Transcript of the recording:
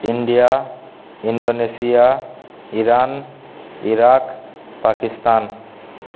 India Indonesia Iran Iraq Pakistan